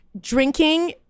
drinking